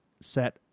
set